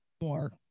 more